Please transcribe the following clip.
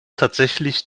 tatsächlich